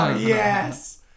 yes